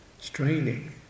straining